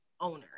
owner